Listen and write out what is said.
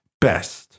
best